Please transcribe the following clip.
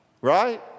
right